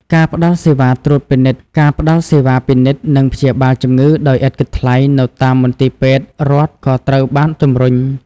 ការផ្តល់សេវាពិនិត្យ និងព្យាបាលជំងឺដោយឥតគិតថ្លៃនៅតាមមន្ទីរពេទ្យរដ្ឋក៏ត្រូវបានជំរុញ។